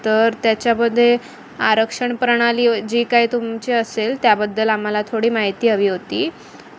तर त्याच्यामध्ये आरक्षण प्रणाली जी काय तुमची असेल त्याबद्दल आम्हाला थोडी माहिती हवी होती